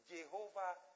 Jehovah